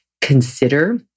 consider